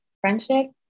friendship